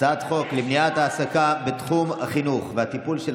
הצעת חוק למניעת העסקה בתחום החינוך והטיפול של